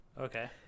Okay